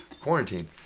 Quarantine